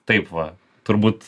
taip va turbūt